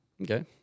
Okay